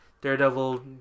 Daredevil